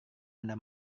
anda